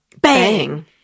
Bang